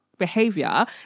behavior